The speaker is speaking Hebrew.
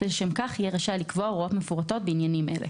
ולשם כך יהיה רשאי לקבוע הוראות מפורטות בעניינים אלה: